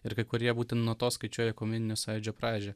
ir kai kurie būtent nuo to skaičiuoja ekumeninio sąjūdžio pradžią